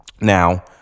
Now